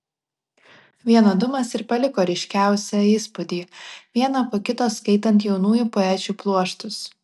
vienodumas ir paliko ryškiausią įspūdį vieną po kito skaitant jaunųjų poečių pluoštus